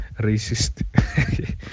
racist